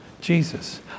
Jesus